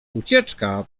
ucieczka